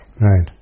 Right